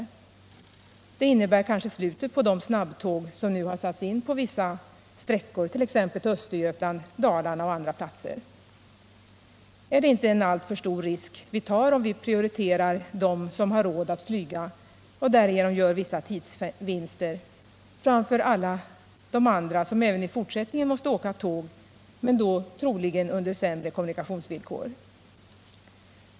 Det innebär kanske slutet för de snabbtåg som nu har satts in på vissa sträckor, t.ex. till Östergötland, Dalarna osv. Är det inte en alltför stor risk vi tar om vi prioriterar dem som har råd att flyga och därigenom gör vissa tidsvinster framför alla de andra som även i fortsättningen måste åka tåg, men då troligen under sämre kommunikationsvillkor?